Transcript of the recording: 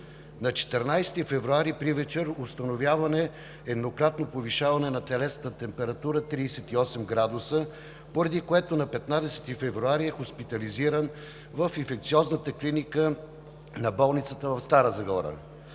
На 14 февруари 2020 г. привечер при установяване на еднократно повишаване на телесната температура от 39 градуса, заради което на 15 февруари е хоспитализиран в Инфекциозната клиника на болницата в Стара Загора.